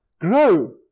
grow